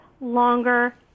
longer